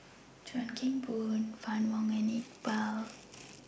Chuan Keng Boon Fann Wong and Iqbal